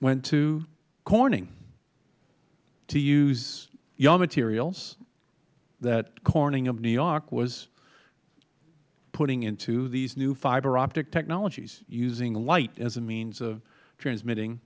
went to corning to use your materials that corning of new york was putting into these new fiber optic technologies using light as a means of transmitting